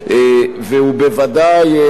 והוא בוודאי,